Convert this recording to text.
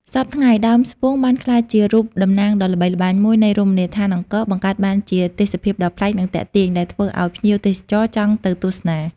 សព្វថ្ងៃ ដើមស្ពង់បានក្លាយជារូបតំណាងដ៏ល្បីល្បាញមួយនៃរមណីយដ្ឋានអង្គរ បង្កើតបានជាទេសភាពដ៏ប្លែក និងទាក់ទាញ ដែលធ្វើឱ្យភ្ញៀវទេសចរចង់ទៅទស្សនា។